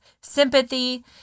sympathy